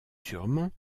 sûrement